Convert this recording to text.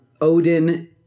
Odin